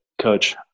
coach